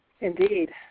Indeed